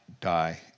die